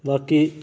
बाकी